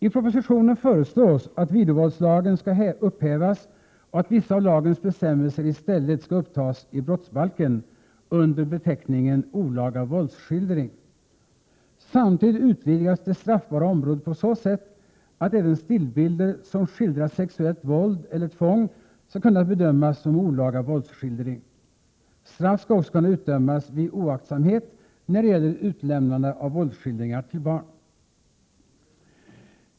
I propositionen föreslås att videovåldslagen skall upphävas och att vissa av lagens bestämmelser i stället skall upptas i brottsbalken under beteckningen olaga våldsskildring. Samtidigt utvidgas det straffbara området på så sätt att även stillbilder som skildrar sexuellt våld eller tvång skall kunna bedömas som olaga våldsskildring. Straff skall också kunna utdömas vid oaktsamhet när det gäller utlämnande av våldsskildringar till barn.